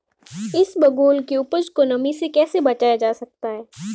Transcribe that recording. इसबगोल की उपज को नमी से कैसे बचाया जा सकता है?